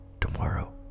Tomorrow